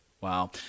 Wow